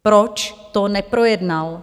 Proč to neprojednal?